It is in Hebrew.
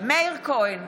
מאיר כהן,